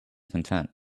content